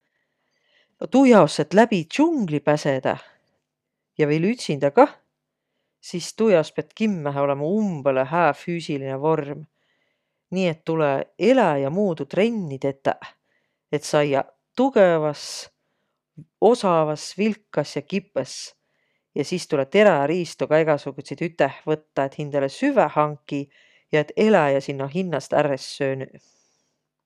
No tuujaos, et läbi ts'ungli päsedäq, ja viil ütsindä kah, sis tuujaos piät kimmähe olõma umbõlõ hää füüsiline vorm. Nii et tulõ eläjä muudu trenni tetäq, et saiaq tugõvas, osavas, vilkas ja kipõs. Ja sis tulõ teräriisto kah egäsugutsit üteh võttaq, et hindäle süvväq hankiq ja et eläjäq sinno hinnäst ärq es söönüq.